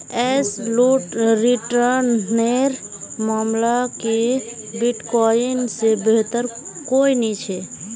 absolute return नेर मामला क बिटकॉइन से बेहतर कोई नी छे